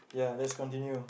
yeah let's continue